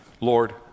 Lord